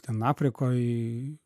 ten afrikoj